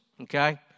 okay